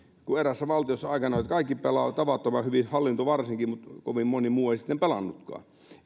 kuten eräässä valtiossa aikanaan että kaikki pelasi tavattoman hyvin hallinto varsinkin mutta kovin moni muu ei sitten pelannutkaan